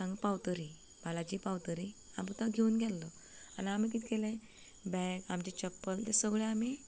खंय थांग पावतकच बालाजी पावतकच तो आमकां घेवन गेल्लो आनी आमी कितें केलें बॅग आमचे छप्पल तें सगळें आमी